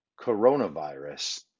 coronavirus